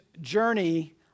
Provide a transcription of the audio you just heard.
journey